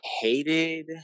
hated